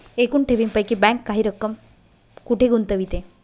एकूण ठेवींपैकी बँक काही रक्कम कुठे गुंतविते?